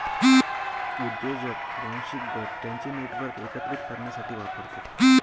उद्योजक वांशिक गट त्यांचे नेटवर्क एकत्रित करण्यासाठी वापरतात